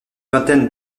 vingtaine